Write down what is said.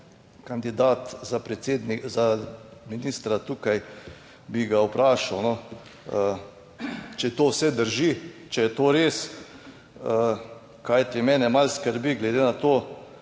kandidat za ministra tukaj, bi ga vprašal če je to vse drži, če je to res. Kajti mene malo skrbi, glede na to,